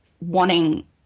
wanting